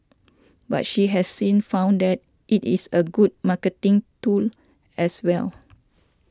but she has since found that it is a good marketing tool as well